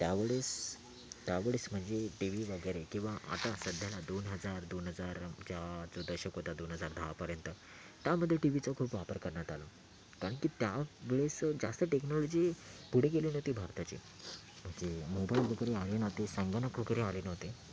त्यावेळेस त्यावेळेस म्हणजे टी वी वगैरे किंवा आता सध्याला दोन हजार दोन हजारच्या जो दशक होता दोन हजार दहापर्यंत त्यामध्ये टी वीचा खूप वापर करण्यात आला परंतु त्या वेळेस जास्त टेक्नॉलॉजी पुढे गेली नव्हती भारताची म्हणजे मोबाईल वगैरे आले ना ते संगणक वगैरे आले नव्हते